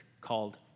called